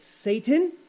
Satan